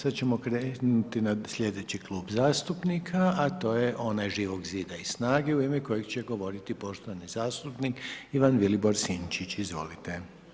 Sada ćemo krenuti na slijedeći klub zastupnika, a to je Živog Zida i Snage u ime kojega će govoriti poštovani zastupnik Ivan Vilibor Sinčić, izvolite.